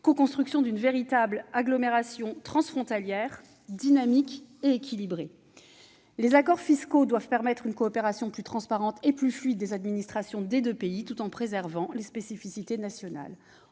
le débat -d'une véritable agglomération transfrontalière, dynamique et équilibrée. Les accords fiscaux doivent favoriser une coopération plus transparente et plus fluide entre les administrations des deux pays, tout en préservant les spécificités nationales.